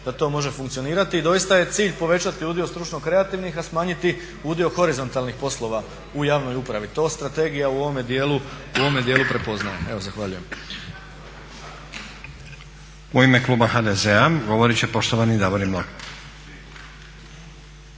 da to može funkcionirati. I doista je cilj povećati ljudi od stručno kreativnih a smanjiti udio horizontalnih poslova u javnoj upravi. To strategija u ovome djelu prepoznaje. Evo zahvaljujem. **Stazić, Nenad (SDP)** U ime kluba HDZ-a govorit će poštovani Davorin Mlakar.